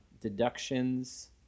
deductions